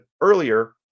earlier